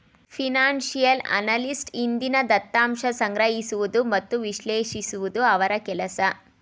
financial analyst ಹಿಂದಿನ ದತ್ತಾಂಶ ಸಂಗ್ರಹಿಸುವುದು ಮತ್ತು ವಿಶ್ಲೇಷಿಸುವುದು ಅವರ ಕೆಲಸ